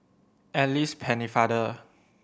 Alice Pennefather